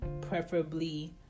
preferably